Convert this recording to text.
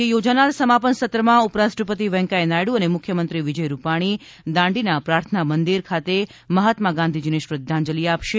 આજે યોજાનાર સમાપન સત્રમાં ઉપરાષ્ટ્રપતિ વૈંક્યા નાયડુ અને મુખ્યમંત્રી વિજય રૂપાણી દાંડીના પ્રાર્થના મંદિર ખાતે મહાત્મા ગાંધીજીને શ્રદ્ધાંજલિ આપશે